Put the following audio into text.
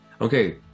Okay